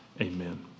Amen